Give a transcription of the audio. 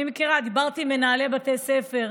אני מכירה, דיברתי עם מנהלי בתי ספר,